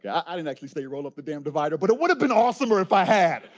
yeah i didn't actually say roll up the damn divider, but it would have been awesomer if i had,